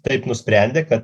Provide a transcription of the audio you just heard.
taip nusprendė kad